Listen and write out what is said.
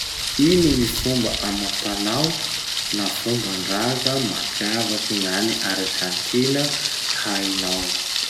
Ino gny fomba amam-panao na fomban-draza mampiavaky gn'any Arzantina hainao?